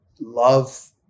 love